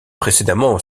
précédemment